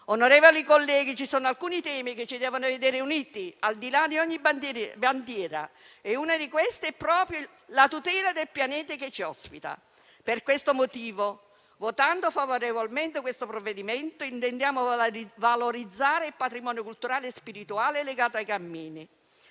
Onorevoli colleghi, ci sono alcuni temi che ci devono vedere uniti, al di là di ogni bandiera, e uno di questi è proprio la tutela del pianeta che ci ospita. Per questo motivo, votando favorevolmente questo provvedimento, intendiamo valorizzare il patrimonio culturale e spirituale legato ai cammini.